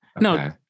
no